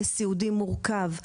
לסיעודי מורכב,